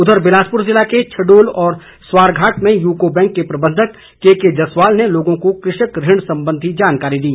उधर बिलासपुर जिले के छडोल और सवारघाट में यूको बैंक के प्रबंधक केकेजसवाल ने लोगों को कृषक ऋण संबंधी जानकारी दी